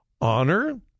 honor